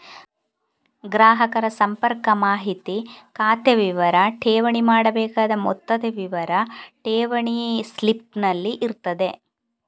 ಗ್ರಾಹಕರ ಸಂಪರ್ಕ ಮಾಹಿತಿ, ಖಾತೆ ವಿವರ, ಠೇವಣಿ ಮಾಡಬೇಕಾದ ಮೊತ್ತದ ವಿವರ ಠೇವಣಿ ಸ್ಲಿಪ್ ನಲ್ಲಿ ಇರ್ತದೆ